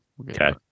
Okay